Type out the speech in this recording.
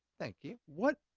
thank you. what,